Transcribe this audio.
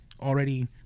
already